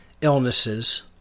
illnesses